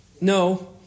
No